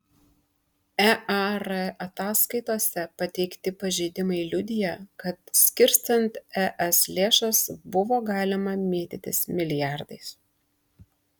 ear ataskaitose pateikti pažeidimai liudija kad skirstant es lėšas buvo galima mėtytis milijardais